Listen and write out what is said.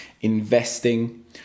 investing